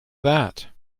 that